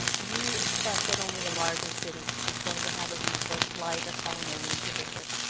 you expect that only a larger city is going to have a resource like a culinary incubator,